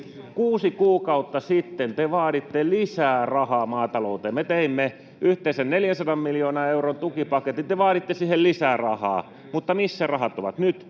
kuusi kuukautta sitten te vaaditte lisää rahaa maataloutemme. Me teimme yhteensä 400 miljoonan euron tukipaketin — te vaaditte siihen lisää rahaa, mutta missä rahat ovat nyt?